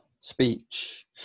speech